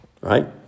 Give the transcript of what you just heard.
right